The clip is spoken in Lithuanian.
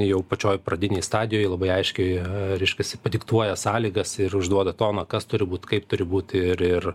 jau pačioj pradinėj stadijoj labai aiškiai reiškiasi padiktuoja sąlygas ir užduoda toną kas turi būt kaip turi būt ir ir